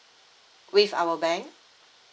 with our bank